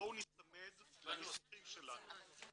בואו ניצמד לניסוחים שלנו.